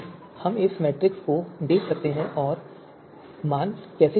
तो हम इस मैट्रिक्स को देख सकते हैं और मान कैसे जुड़े हैं